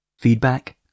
feedback